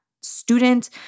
student